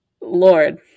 Lord